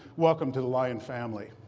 welcome to the lion family.